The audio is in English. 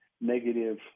negative